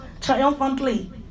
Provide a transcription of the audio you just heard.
triumphantly